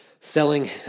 selling